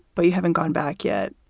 but you haven't gone back yet.